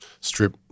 strip